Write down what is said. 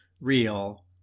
real